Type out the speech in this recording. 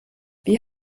wie